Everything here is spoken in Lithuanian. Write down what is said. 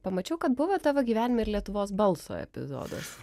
pamačiau kad buvo tavo gyvenime ir lietuvos balso epizodas